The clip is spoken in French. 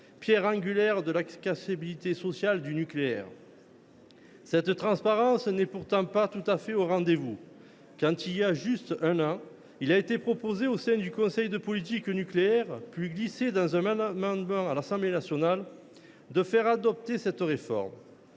pierre angulaire de l’acceptabilité sociale du nucléaire. Cette transparence n’était pourtant pas tout à fait au rendez vous quand, il y a tout juste un an, il a été proposé au sein du conseil de politique nucléaire, puis glissé dans un amendement à l’Assemblée nationale, de faire adopter cette réforme.